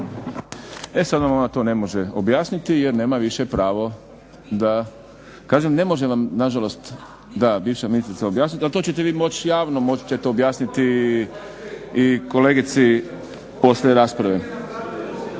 E sad ona vama to ne može objasniti jer nema više pravo da… … /Upadica se ne razumije./… Kažem ne može vam nažalost bivša ministrica objasnit ali to ćete vi moći javno objasniti i kolegici poslije rasprave.